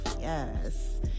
Yes